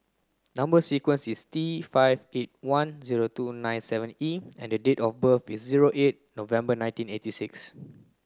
number sequence is T five eight one zero two nine seven E and date of birth is zero eight November nineteen eighty six